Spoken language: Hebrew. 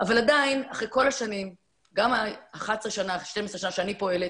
אבל עדיין אחרי כל השנים גם 11-12 שנים שאני פועלת,